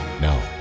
Now